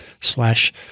slash